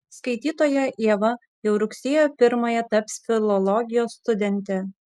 skaitytoja ieva jau rugsėjo pirmąją taps filologijos studente